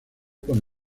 con